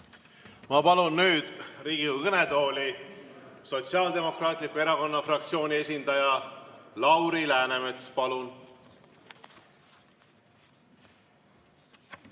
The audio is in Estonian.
Ma palun Riigikogu kõnetooli Sotsiaaldemokraatliku Erakonna fraktsiooni esindaja Lauri Läänemetsa. Palun!